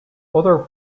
other